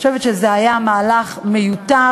אני חושבת שזה היה מהלך מיותר,